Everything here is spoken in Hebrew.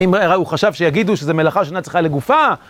אם הוא חשב שיגידו שזו מלאכה שנצחה לגופה...